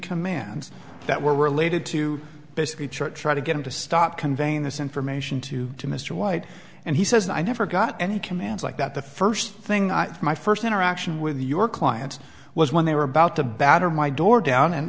commands that were related to basically church trying to get him to stop conveying this information to to mr white and he says i never got any commands like that the first thing on my first interaction with your client was when they were about to batter my door down and